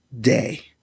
day